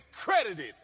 credited